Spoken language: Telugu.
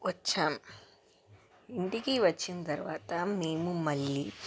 వచ్చాం ఇంటికి వచ్చిన తర్వాత మేము మళ్ళీ